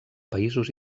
països